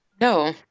No